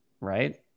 right